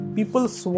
People's